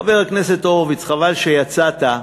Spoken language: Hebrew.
חבר הכנסת הורוביץ, חבל שיצאת,